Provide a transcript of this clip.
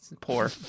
Poor